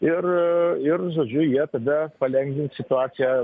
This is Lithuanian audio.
ir ir žodžiu jie tada palengvins situaciją